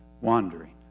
wandering